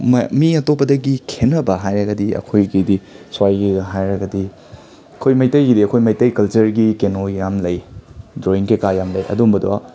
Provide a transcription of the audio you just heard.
ꯃꯤ ꯑꯇꯣꯞꯄꯗꯒꯤ ꯈꯦꯠꯅꯕ ꯍꯥꯏꯔꯒꯗꯤ ꯑꯩꯈꯣꯏꯒꯤꯗꯤ ꯁ꯭ꯋꯥꯏꯒꯤ ꯍꯥꯏꯔꯒꯗꯤ ꯑꯩꯈꯣꯏ ꯃꯩꯇꯩꯒꯤꯗꯤ ꯑꯩꯈꯣꯏ ꯃꯩꯇꯩ ꯀꯜꯆꯔꯒꯤ ꯀꯩꯅꯣ ꯌꯥꯝ ꯂꯩ ꯗ꯭ꯔꯣꯋꯤꯡ ꯀꯩꯀꯥ ꯌꯥꯝ ꯂꯩ ꯑꯗꯨꯝꯕꯗꯣ